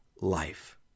life